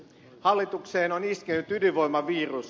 hallitukseen on iskenyt ydinvoimavirus